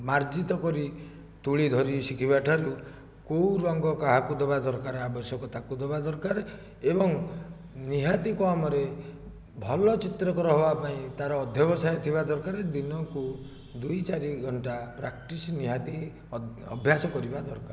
ମାର୍ଜିତ କରି ତୁଳି ଧରି ଶିଖିବାଠାରୁ କେଉଁ ରଙ୍ଗ କାହାକୁ ଦବା ଦରକାର ଆବଶ୍ୟକ ତାକୁ ଦବା ଦରକାର ଏବଂ ନିହାତି କମରେ ଭଲ ଚିତ୍ରକର ହବାପାଇଁ ତାର ଅଧ୍ୟବସାୟ ଥିବା ଦରକାର ଦିନକୁ ଦୁଇ ଚାରିଘଣ୍ଟା ପ୍ରାକ୍ଟିସ୍ ନିହାତି ଅଭ୍ୟାସ କରିବା ଦରକାର